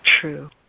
true